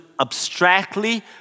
abstractly